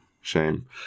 Shame